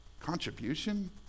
Contribution